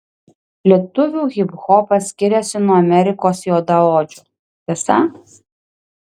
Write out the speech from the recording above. lietuvių hiphopas skiriasi nuo amerikos juodaodžių tiesa